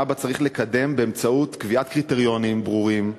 בה צריך לקדם באמצעות קביעת קריטריונים ברורים,